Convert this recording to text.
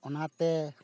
ᱚᱱᱟ ᱛᱮ